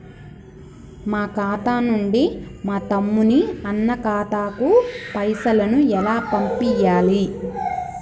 మా ఖాతా నుంచి మా తమ్ముని, అన్న ఖాతాకు పైసలను ఎలా పంపియ్యాలి?